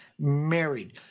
married